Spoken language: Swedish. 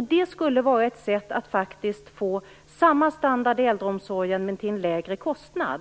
Det skulle vara ett sätt att faktiskt få samma standard i äldreomsorgen, men till en lägre kostnad.